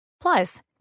Plus